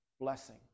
blessing